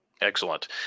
Excellent